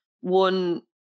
one